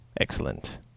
Excellent